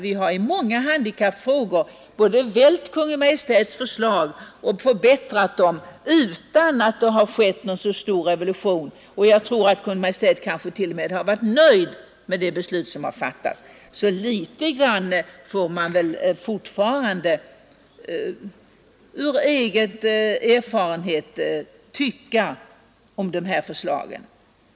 Vi har i många handikappfrågor vält Kungl. Maj:ts förslag eller förbättrat dem, utan att det skett någon stor revolution, och jag tror, att regeringen t.o.m. har varit nöjd med en del beslut, som på det sättet har fattats av riksdagen. Något får man väl fortfarande ha rätt att anse om de här förslagen, stödd på egen erfarenhet.